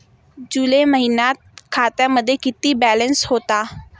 जुलै महिन्यात खात्यामध्ये किती बॅलन्स होता?